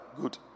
Good